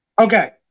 Okay